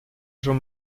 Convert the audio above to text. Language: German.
schon